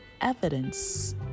evidence